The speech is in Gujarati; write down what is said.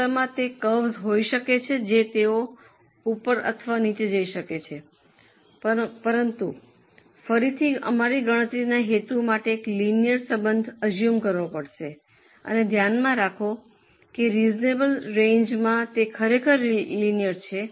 વાસ્તવમાં તે કરવસ હોઈ શકે છે જે તેઓ ઉપર અથવા નીચે જઈ શકે છે પરંતુ ફરીથી અમારી ગણતરીના હેતુ માટે એક લિનિયર સંબંધ અઝુમ કરવો પડશે અને ધ્યાનમાં રાખો કે રીઝનેબલ રેન્જમાં તે ખરેખર લિનિયર છે